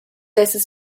essas